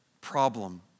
problem